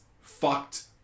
Fucked